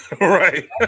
Right